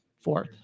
Four